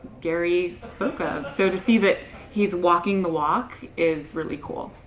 gary spoke of. so to see that he's walking the walk is really cool,